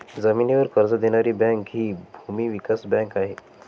जमिनीवर कर्ज देणारी बँक हि भूमी विकास बँक आहे